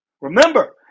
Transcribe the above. Remember